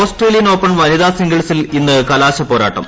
Australian Open വനിതാ സിംഗിൾസിൽ ഇന്ന് കലാശപ്പോരാട്ടം